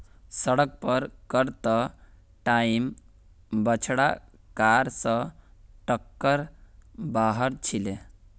सड़क पार कर त टाइम बछड़ा कार स टककर हबार छिले